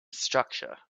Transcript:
structure